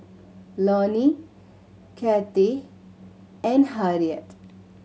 Lonie Kathie and Harriett